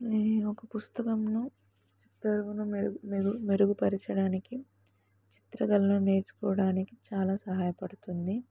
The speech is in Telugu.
నేను ఒక పుస్తకంను చిత్రకళను మెరుగు మెరుగు మెరుగుపరచడానికి చిత్రకళను నేర్చుకోవడానికి చాలా సహాయపడుతుంది